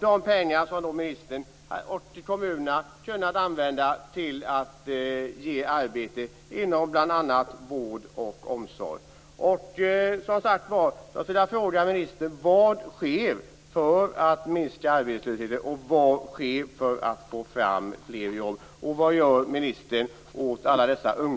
De pengarna hade ministern och kommunerna kunnat använda för att skapa arbeten inom bl.a. vård och omsorg.